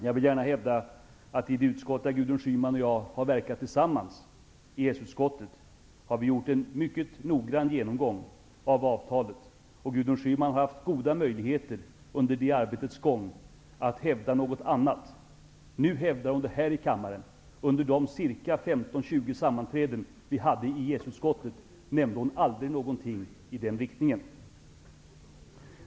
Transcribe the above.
Jag vill gärna hävda att i det utskott där Gudrun Schyman och jag har verkat tillsammans, EES utskottet, har vi gjort en mycket noggrann genomgång av avtalet, och Gudrun Schyman har haft goda möjligheter under det arbetets gång att hävda något annat. Nu hävdar hon det här i kammaren. Under de 15--20 sammanträden vi hade i EES-utskottet nämnde hon aldrig någonting i den riktningen.